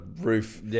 roof